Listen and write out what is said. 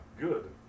good